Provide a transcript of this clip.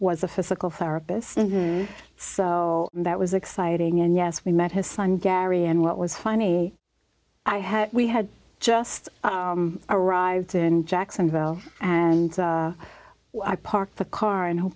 was a physical therapist and so that was exciting and yes we met his son gary and what was funny i had we had just arrived in jacksonville and i parked the car and who